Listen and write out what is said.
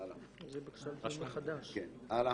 אושר.